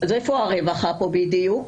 איפה הרווחה פה בדיוק?